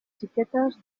xiquetes